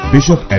Bishop